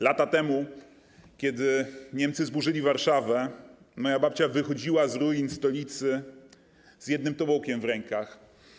Lata temu, kiedy Niemcy zburzyli Warszawę, moja babcia wychodziła z ruin stolicy z jednym tobołkiem w rękach.